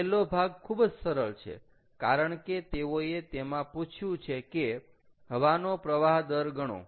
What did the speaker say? છેલ્લો ભાગ ખૂબ જ સરળ છે કારણ કે તેઓએ તેમાં પૂછ્યું છે કે હવાનો પ્રવાહ દર ગણો